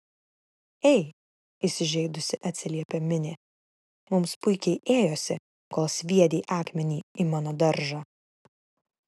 ei įsižeidusi atsiliepė minė mums puikiai ėjosi kol sviedei akmenį į mano daržą